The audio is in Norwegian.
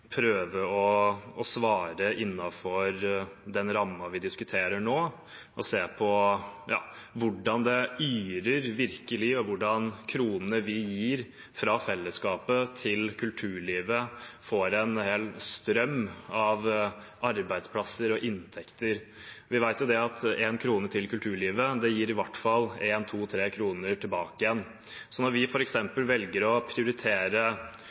prøve å svare innenfor den rammen vi diskuterer nå, og se på hvordan det virkelig yrer, og hvordan kronene vi gir fra fellesskapet til kulturlivet, fører til en hel strøm av arbeidsplasser og inntekter. Vi vet jo at én krone til kulturlivet gir i hvert fall to–tre kroner tilbake. Så når vi f.eks. velger å prioritere